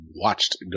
watched